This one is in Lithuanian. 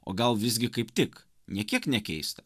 o gal visgi kaip tik nė kiek nekeista